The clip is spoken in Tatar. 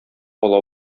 ала